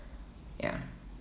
ya